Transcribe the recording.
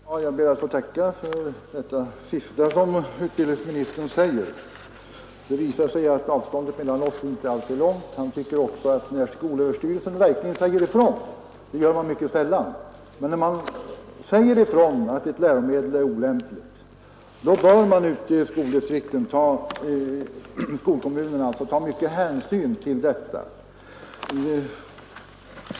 Herr talman! Jag ber att få tacka för detta sista uttalande av utbildningsministern. Det visar att avståndet mellan oss inte är alltför långt. Han tycker också att när skolöverstyrelsen verkligen säger ifrån — det gör den mycket sällan — att ett läromedel är olämpligt, bör man ute i skolkommunerna fästa mycket stort avseende vid detta.